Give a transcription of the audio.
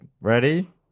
Ready